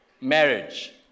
marriage